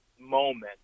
moment